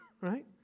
right